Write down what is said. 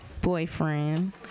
boyfriend